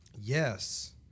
yes